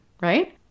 right